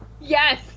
Yes